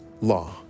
law